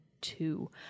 two